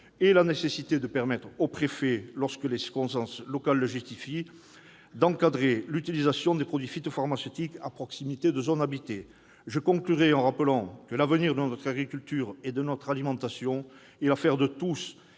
sur la nécessité de permettre au préfet, lorsque les circonstances locales le justifient, d'encadrer l'utilisation des produits phytopharmaceutiques à proximité de zones habitées. Je conclurai en rappelant que l'avenir de notre agriculture et de notre alimentation est l'affaire de tous,